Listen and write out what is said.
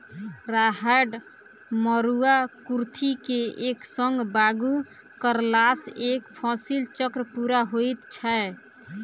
राहैड़, मरूआ, कुर्थी के एक संग बागु करलासॅ एक फसिल चक्र पूरा होइत छै